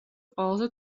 ყველაზე